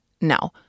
No